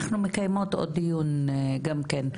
אנחנו מקיימות עוד דיון גם כן.